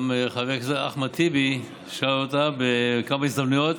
גם חבר הכנסת אחמד טיבי שאל אותה בכמה הזדמנויות,